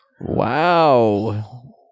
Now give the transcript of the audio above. Wow